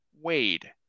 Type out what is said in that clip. Wade